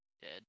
dead